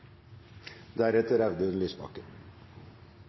deretter